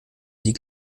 sie